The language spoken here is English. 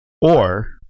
Or-